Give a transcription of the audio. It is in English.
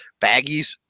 Baggies